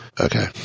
Okay